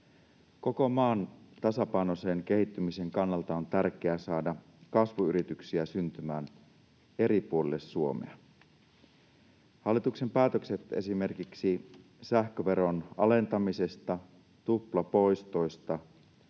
Koko maan tasapainoisen kehittymisen kannalta on tärkeää saada kasvuyrityksiä syntymään eri puolille Suomea. Hallituksen päätökset esimerkiksi sähköveron alentamisesta, tuplapoistoista,